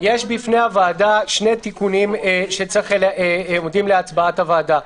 בפני הוועדה יש שני תיקונים שעומדים להצבעת הוועדה.